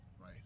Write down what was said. right